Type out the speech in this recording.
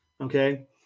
Okay